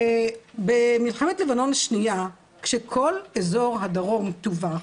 במלחמת לבנון השנייה, כשכל אזור הצפון טווח,